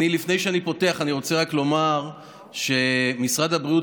לפני שאני פותח אני רק רוצה לומר שמשרד הבריאות